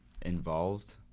involved